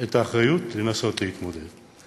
את האחריות לנסות להתמודד.